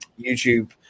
YouTube